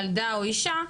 ילדה או אישה,